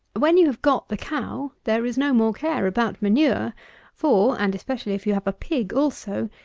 when you have got the cow, there is no more care about manure for, and especially if you have a pig also,